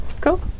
Cool